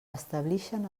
establixen